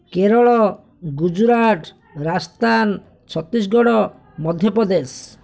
Kerala Gujarat Rajasthan Chhattisgarh Madhya Pradesh